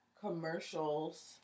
Commercials